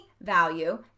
value